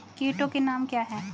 कीटों के नाम क्या हैं?